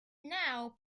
now